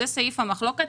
זה סעיף המחלוקת.